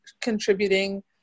contributing